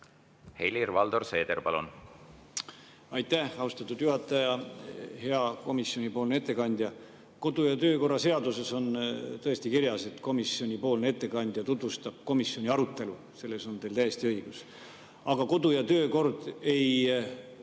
ei saanud sellest aru? Aitäh, austatud juhataja! Hea komisjoni ettekandja! Kodu- ja töökorra seaduses on tõesti kirjas, et komisjoni ettekandja tutvustab komisjoni arutelu, selles on teil täiesti õigus. Aga kodu- ja töökord ei